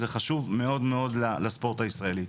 זה חשוב מאוד מאוד לספורט הישראלי.